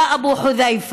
יא אבו חוד'ייפה,